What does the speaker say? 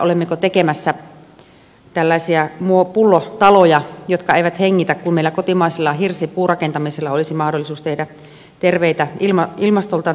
olemmeko tekemässä tällaisia pullotaloja jotka eivät hengitä kun meillä kotimaisella hirsipuurakentamisella olisi mahdollisuus tehdä ilmastoltaan terveitä taloja